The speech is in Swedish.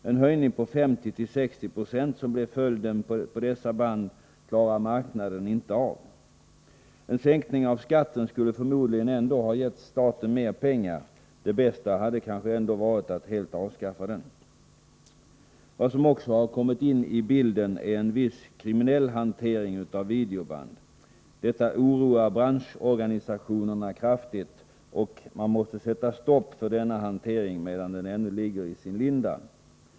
Den höjning av priset på videoband med 50-60 96 som blev följden klarar marknaden inte av. En sänkning av skatten skulle förmodligen ge staten mer pengar. Det bästa hade kanske varit att helt avskaffa skatten. Vad som också kommit in i bilden är en viss kriminell hantering av videoband. Detta oroar branschorganisationerna oerhört, och man måste sätta stopp för denna hantering medan den ännu ligger i sin linda.